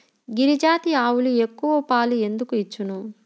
గిరిజాతి ఆవులు ఎక్కువ పాలు ఎందుకు ఇచ్చును?